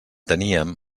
teníem